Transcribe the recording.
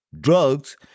drugs